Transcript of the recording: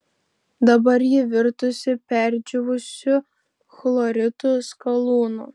dabar ji virtusi perdžiūvusiu chloritų skalūnu